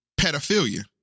pedophilia